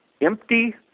empty